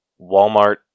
Walmart